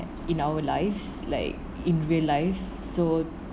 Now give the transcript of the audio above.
in our lives like in real life so